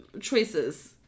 choices